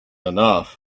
enough